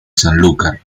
sanlúcar